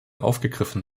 aufgegriffen